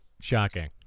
Shocking